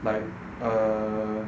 like err